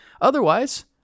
Otherwise